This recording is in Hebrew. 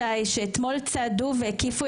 אני עובר עכשיו לחבר הכנסת רון כץ, בבקשה.